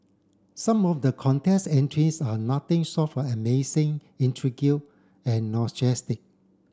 some of the contest entries are nothing short of amazing and